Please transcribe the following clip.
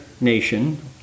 nation